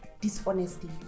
dishonesty